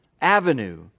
avenue